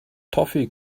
toffee